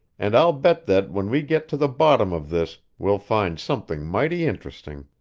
and i'll bet that, when we get to the bottom of this, we'll find something mighty interesting.